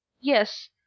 Yes